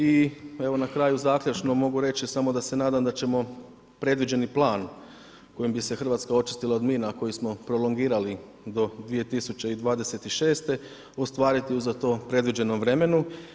I evo na kraju zaključno mogu reći samo da se nadam da ćemo predviđeni plan kojim bi se Hrvatska očistila od mina koji smo prolongirali do 2026. ostvariti u za to predviđenom vremenu.